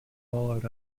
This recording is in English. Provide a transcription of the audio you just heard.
followed